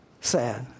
sad